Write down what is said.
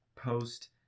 post